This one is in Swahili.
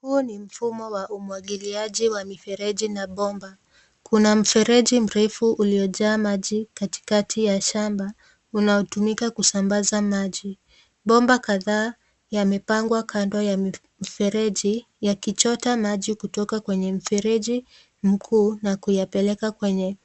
Huu ni mfumo wa umwagiliaji wa mifereji na mabomba. Kuna mfereji mrefu uliojaa maji katikati ya shamba unaotumika kusambaza maji. Bomba kadhaa yamepangwa kando ya mferejiaykichota maji kutoka kwenye mfereji mkuu na kuyapeleka kwenye